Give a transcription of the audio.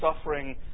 suffering